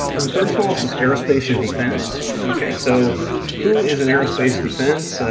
ah the third smallest is aerospace and defense. ok. so who is in aerospace defense?